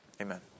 amen